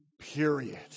period